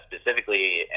specifically